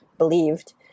believed